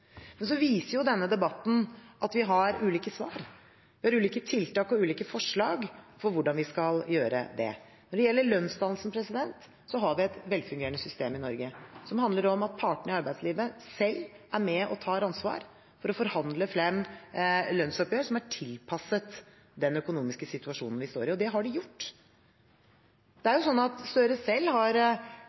men denne debatten viser at vi har ulike svar. Vi har ulike tiltak og ulike forslag til hvordan vi skal gjøre det. Når det gjelder lønnsdannelsen, har vi et velfungerende system i Norge. Partene i arbeidslivet er selv med og tar ansvar for å forhandle frem lønnsoppgjør som er tilpasset den økonomiske situasjonen vi står i – og det har de gjort. Gahr Støre har selv prøvd å skape et inntrykk av at mye av det